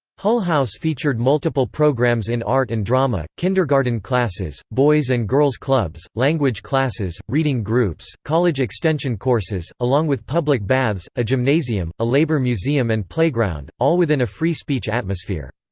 hull-house featured multiple programs in art and drama, kindergarten classes, boys' and girls' clubs, language classes, reading groups, college extension courses, along with public baths, a gymnasium, a labor museum and playground, all within a free-speech atmosphere.